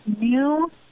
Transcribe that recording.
new